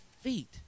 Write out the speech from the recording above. feet